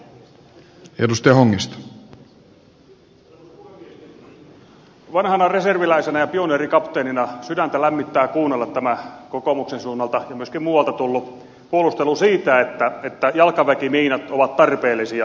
vanhana reserviläisenä ja pioneerikapteenina sydäntä lämmittää kuunnella tämä kokoomuksen suunnalta ja myöskin muualta tullut puolustelu että jalkaväkimiinat ovat tarpeellisia